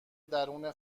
درون